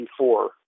1994